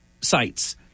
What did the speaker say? sites